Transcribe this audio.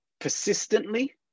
persistently